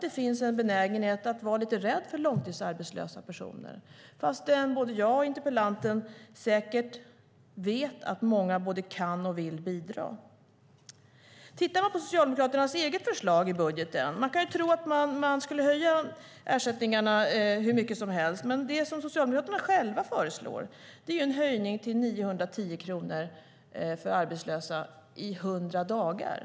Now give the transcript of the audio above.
Det finns en benägenhet att vara lite rädd för långtidsarbetslösa personer, trots att både jag och interpellanten säkert vet att många både kan och vill bidra. Man skulle kunna tro att Socialdemokraterna skulle höja ersättningarna hur mycket som helst. Men det som Socialdemokraterna själva föreslår i sin budget är en höjning till 910 kronor för arbetslösa i 100 dagar.